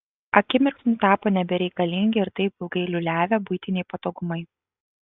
akimirksniu tapo nebereikalingi ir taip ilgai liūliavę buitiniai patogumai